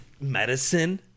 medicine